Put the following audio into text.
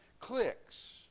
Clicks